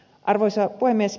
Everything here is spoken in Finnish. arvoisa puhemies